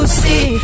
see